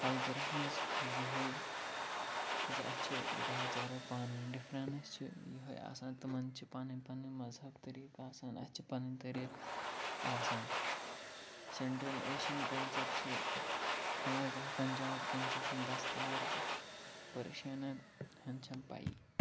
cultures منٛز یوٚہَے زِ اَسہِ چھِ بایہِ چارا پانہٕ وٲنۍ ڈِفرینِس چھِ یِہَے آسان تِمن چھِ پَنٕنۍ پَنٕنۍ مذہب طریق آسان أسۍ چھِ پَنٕنۍ طریٖق آسان سینٹرل ایشن کَلچر چھِ اَلگ پنجاب کٮ۪ن چھِ آسان دَستار دِتھ پٔرشنَن ہُنٛد چھےٚ نہَ پیی